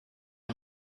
情况